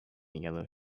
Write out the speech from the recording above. yellow